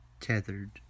tethered